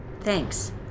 thanks